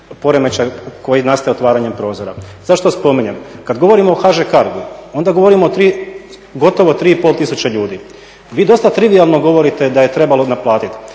poremećaj koji nastaje otvaranjem prozora. Zašto to spominjem? Kad govorimo o HŽ-Cargu onda govorimo o gotovo 3500 ljudi. Vi dosta trivijalno govorite da je trebalo naplatit,